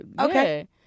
Okay